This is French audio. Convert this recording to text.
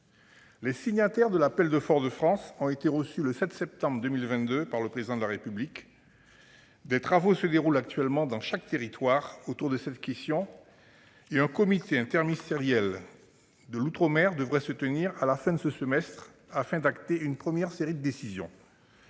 Les signataires ont été reçus le 7 septembre 2022 par le Président de la République. Des travaux se déroulent actuellement au sein de chaque territoire autour de cette question, et un comité interministériel de l'outre-mer devrait se tenir à la fin de ce semestre, afin d'avaliser une première série de décisions.